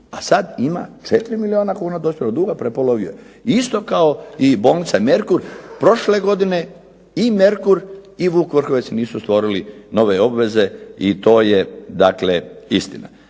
a sad ima 4 milijuna kuna dospjelog duga, prepolovio je. Isto kao i bolnica "Merkur" prošle godine i "Merkur" i "Vuk Vrhovec" nisu ostvarili nove obveze i to je dakle istina.